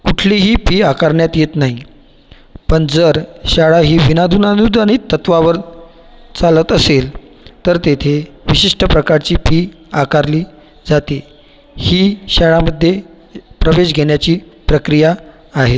कुठलीही फी आकारण्यात येत नाही पण जर शाळा ही विना अनुदानित तत्वावर चालत असेल तर तेथे विशिष्ट प्रकारची फी आकारली जाते ही शाळामध्ये प्रवेश घेण्याची प्रक्रिया आहे